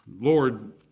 Lord